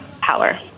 power